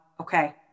Okay